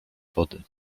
wody